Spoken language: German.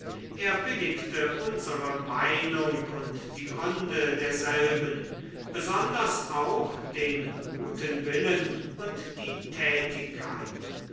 er billigte unsere meinung und die gründe derselben besonders auch den guten willen und die tätigkeit